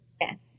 Yes